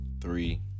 Three